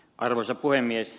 arvoisa puhemies